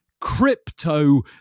crypto